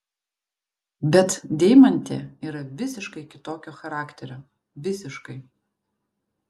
bet deimantė yra visiškai kitokio charakterio visiškai